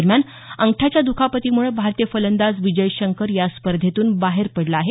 दरम्यान अंगठ्याच्या दुखापतीमुळे भारतीय फलंदाज विजय शंकर या स्पर्धेतून बाहेर पडला आहे